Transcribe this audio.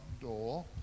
door